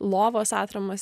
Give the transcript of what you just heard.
lovos atramas